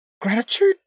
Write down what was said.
Gratitude